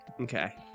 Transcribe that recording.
Okay